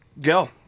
Go